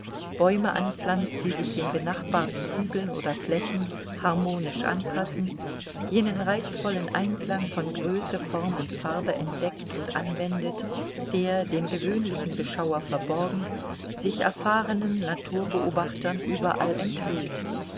bäume anpflanzt die sich den benachbarten hügeln oder flächen harmonisch anpassen jenen reizvollen einklang von größe form und farbe entdeckt und anwendet der dem gewöhnlichen beschauer verborgen sich erfahrenen naturbeobachtern überall enthüllt